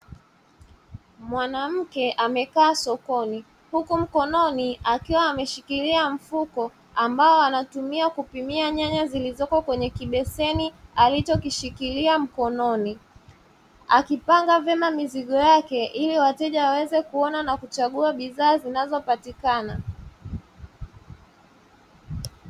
Mwanamke amekaa sokoni huku mkononi akiwa ameshikilia mfuko , ambao wanatumia kupimia nyanya zilizoko kwenye kibeseni alichokishikilia mkononi . Akipanga vema mizigo yake ili wateja waweze kuona na kuchagua bidhaa zinazopatikana.